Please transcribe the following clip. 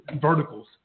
verticals